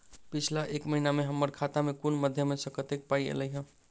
पिछला एक महीना मे हम्मर खाता मे कुन मध्यमे सऽ कत्तेक पाई ऐलई ह?